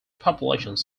populations